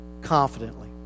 confidently